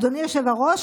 אדוני היושב-ראש,